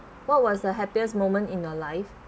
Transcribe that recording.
what was the happiest moment in your life